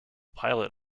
pilot